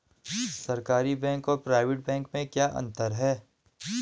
सरकारी बैंक और private bank में क्या क्या अंतर हैं?